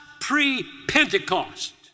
pre-Pentecost